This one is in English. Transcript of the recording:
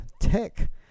tech